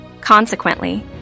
Consequently